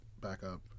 backup